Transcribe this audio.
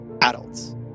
adults